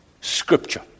scripture